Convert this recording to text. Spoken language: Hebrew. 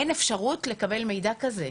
אין אפשרת לקבל מידע כזה.